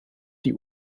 die